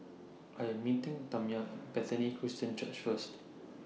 I Am meeting Tamya Bethany Christian Church First